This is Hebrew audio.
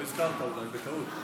לא הזכרת, אולי בטעות.